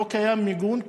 לא קיים מיגון,